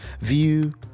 view